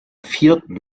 vierten